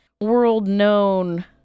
world-known